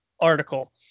article